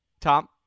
Tom